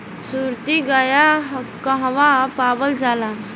सुरती गाय कहवा पावल जाला?